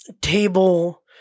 table